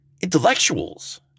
intellectuals